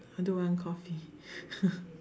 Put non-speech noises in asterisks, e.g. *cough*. I don't want Coffee *laughs*